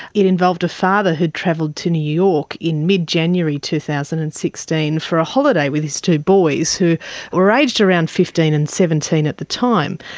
it involved a father who'd travelled to new york in mid-january two thousand and sixteen for a holiday with his two boys, who were aged around fifteen and seventeen at the time,